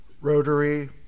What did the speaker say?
Rotary